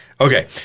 Okay